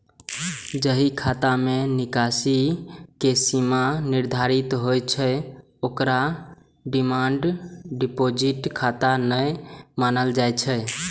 जाहि खाता मे निकासी के सीमा निर्धारित होइ छै, ओकरा डिमांड डिपोजिट खाता नै मानल जाइ छै